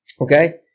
okay